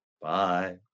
Bye